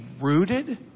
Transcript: rooted